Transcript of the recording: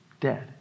Dead